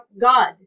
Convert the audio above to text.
God